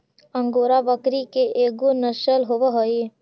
angora बकरी के एगो नसल होवऽ हई